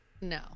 No